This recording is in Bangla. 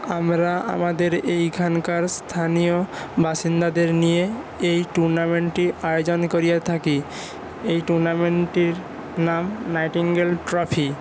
আমরা আমাদের এইখানকার স্থানীয় বাসিন্দাদের নিয়ে এই টুর্নামেন্টটির আয়োজন করিয়া থাকি এই টুর্নামেন্টটির নাম নাইটিঙ্গেল ট্রফি